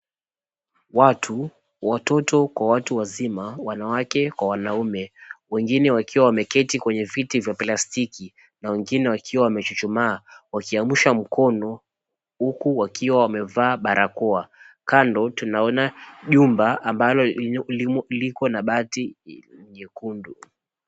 Watu, watoto kwa watu wazima, wanawake kwa wanaume, wengine wakiwa wameketi kwenye viti vya plastiki na wengine wakiwa wamechuchumaa wakiamsha mkono huku wakiwa wamevaa barakoa. Kando tunaona jumba ambalo liko na bati nyekundu.